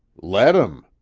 let em,